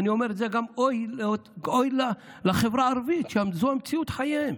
אבל אני אומר גם אוי לחברה הערבית שזו מציאות חייהם.